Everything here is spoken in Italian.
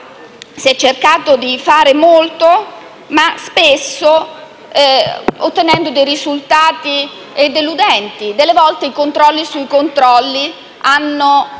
si è cercato di fare molto, ma spesso ottenendo dei risultati deludenti. A volte, i controlli sui controlli hanno